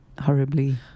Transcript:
horribly